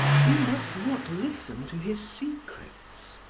we must not listen to his secrets.